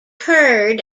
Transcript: herd